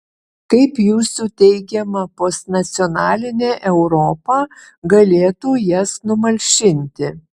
kaip jūsų teigiama postnacionalinė europa galėtų jas numalšinti